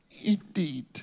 Indeed